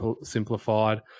simplified